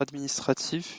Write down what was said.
administratif